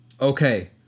okay